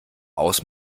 aus